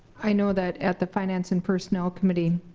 i know that at the finance and personnel committee,